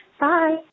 Bye